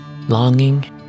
longing